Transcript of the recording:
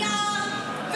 מימייה,